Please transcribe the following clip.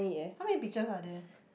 how many pictures are there